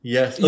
Yes